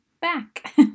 Back